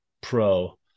pro